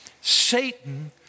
Satan